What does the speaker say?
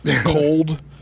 cold